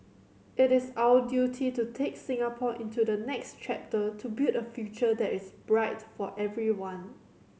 it is our duty to take Singapore into the next chapter to build a future that is bright for everyone